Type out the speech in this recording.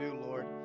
Lord